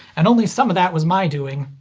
and only some of that was my doing.